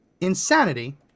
insanity